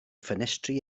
ffenestri